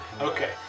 Okay